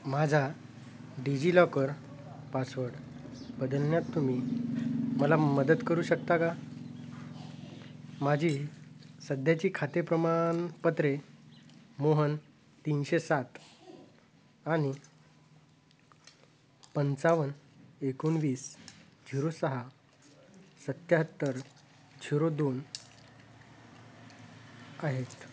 माझा DigiLocker password बदलण्यात्यात तुम्ही मला मदत करू शकता का माझी सध्याची खाते प्रमाणपत्रे मोहन तीनशे सात आणि पंचावन एकोणवीस झिरो सहा सत्याहत्तर झिरो दोन आहेत